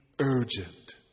urgent